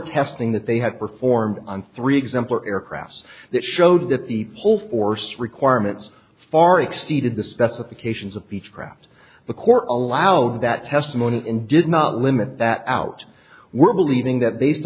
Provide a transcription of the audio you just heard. testing that they had performed on three exemplary aircraft that showed that the full force requirements far exceeded the specifications of each craft the court allowed that testimony in did not limit that out we're believing that based